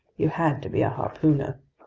you had to be a harpooner.